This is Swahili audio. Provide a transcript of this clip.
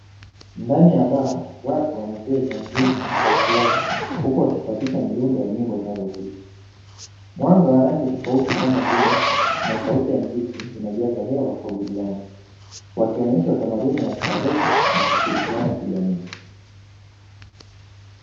Ndani ya baa watu wanacheza mziki kwa furaha, huku wakifuatisha mdundo wa nyimbo zinazopigwa, mwanga wa rangi tofauti kama bluu na sauti ya mziki inajaza hewa kwa burudani, wakionyesha utamaduni wa starehe na kushirikiana kijamii.